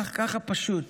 ככה פשוט.